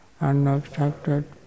unobstructed